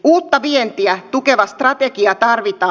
uutta vientiä tukeva strategia tarvitaan